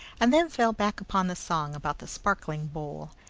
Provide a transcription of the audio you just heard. and then fell back upon the song about the sparkling bowl,